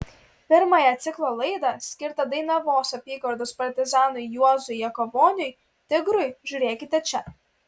pirmąją ciklo laidą skirtą dainavos apygardos partizanui juozui jakavoniui tigrui žiūrėkite čia